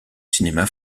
cinéma